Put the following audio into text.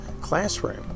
classroom